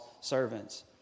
servants